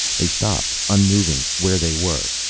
they stopped, unmoving, where they were.